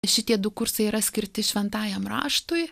šitie du kursai yra skirti šventajam raštui